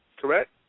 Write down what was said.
Correct